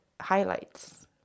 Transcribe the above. highlights